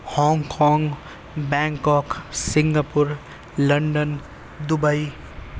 Hong Kong Bangkok Singapore London Dubai